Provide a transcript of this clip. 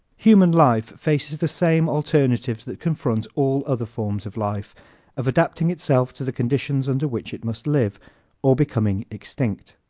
human life faces the same alternatives that confront all other forms of life of adapting itself to the conditions under which it must live or becoming extinct.